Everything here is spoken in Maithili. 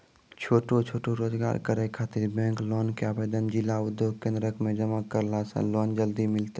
छोटो छोटो रोजगार करै ख़ातिर बैंक लोन के आवेदन जिला उद्योग केन्द्रऽक मे जमा करला से लोन जल्दी मिलतै?